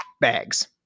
Bags